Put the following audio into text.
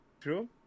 True